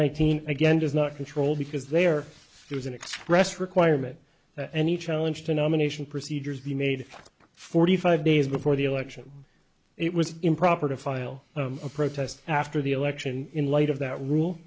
nineteen again does not control because there was an express requirement and the challenge to nomination procedures be made forty five days before the election it was improper to file a protest after the election in light of that rule